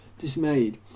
dismayed